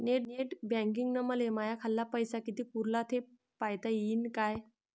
Net बँकिंगनं मले माह्या खाल्ल पैसा कितीक उरला थे पायता यीन काय?